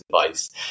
advice